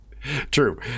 True